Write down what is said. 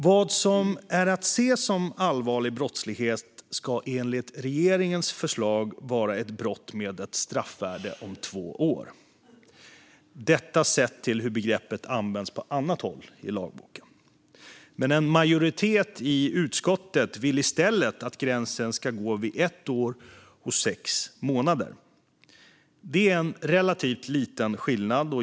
Vad som är att se som allvarlig brottslighet ska enligt regeringens förslag vara ett brott med ett straffvärde om två år - detta sett till hur begreppet används på annat håll i lagboken. Men en majoritet i utskottet vill i stället att gränsen ska gå vid ett år och sex månader, vilket är en relativt liten skillnad.